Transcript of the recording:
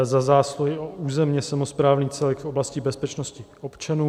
Za zásluhy o územní samosprávný celek v oblasti bezpečnosti občanů.